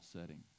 setting